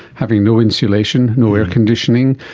having no installation, no air conditioning,